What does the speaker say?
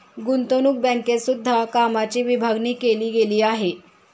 गुतंवणूक बँकेत सुद्धा कामाची विभागणी केली गेली आहे